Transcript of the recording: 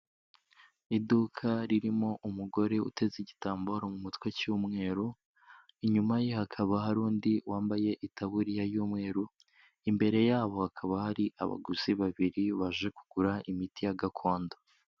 Iduka ririmo umugore uteze igitambaro mu mutwe cy'umweru, inyuma ye hakaba hari undi wambaye itaburiya y'umweru, imbere yabo hakaba hari abaguzi babiri baje kugura imiti ya gakondo.